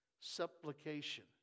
Supplication